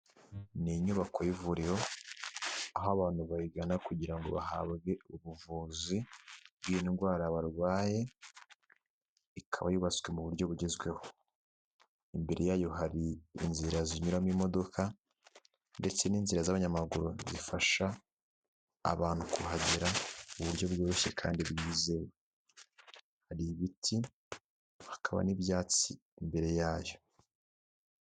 Ni inyubako y'ivuriro aho abantu bayigana kugira ngo bahabwe ubuvuzi bw'indwara barwaye ikaba yubatswe mu buryo bugezweho imbere yayo hari inzira zinyuramo imodoka ndetse n'inzira z'abanyamaguru zifasha abantu kuhagera mu buryo bworoshye kandi byizewe imbere hari ibiti bakaba n'ibyatsi imbere yayo.